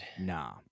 Nah